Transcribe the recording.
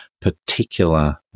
particular